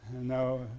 No